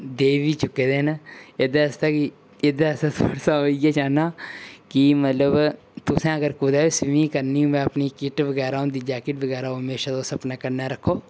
देई बी चुके दे न एह्दे आस्तै कि एह्दे आस्तै सब इ'यै चाहन्नां कि मतलब तुसें अगर कुदै बी स्वीमिंग करनी होऐ अपनी किट बगैरा होंदी जैकेट बगैरा ओह् हमेशा तुस अपने कन्नै रक्खो